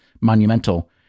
monumental